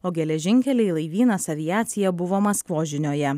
o geležinkeliai laivynas aviacija buvo maskvos žinioje